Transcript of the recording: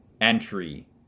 entry